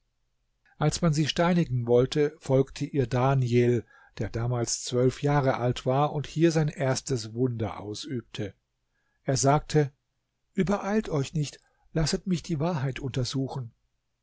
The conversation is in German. als man sie steinigen wollte folgte ihr daniel der damals zwölf jahre alt war und hier sein erstes wunder ausübte er sagte übereilt euch nicht lasset mich die wahrheit untersuchen